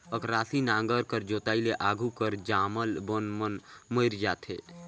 अकरासी नांगर कर जोताई ले आघु कर जामल बन मन मइर जाथे